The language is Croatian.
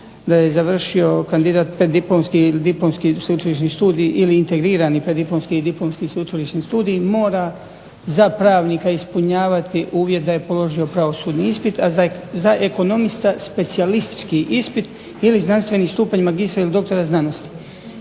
sveučilišni studij ili integrirani preddiplomski i diplomski sveučilišni studij mora za pravnika ispunjavati uvjet da je položio pravosudni ispit, a za ekonomista specijalistički ispit ili znanstveni stupanj magistra ili doktora znanosti.